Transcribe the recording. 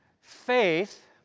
Faith